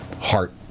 heart